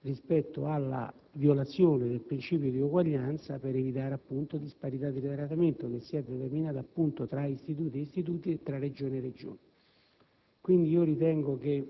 rispetto alla violazione del principio di eguaglianza, per evitare, appunto, la disparità di trattamento che si è determinata tra istituti e istituti e tra Regioni e Regioni. A mio parere,